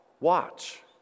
watch